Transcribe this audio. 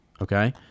okay